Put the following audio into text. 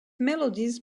melodies